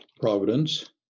providence